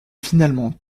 finalement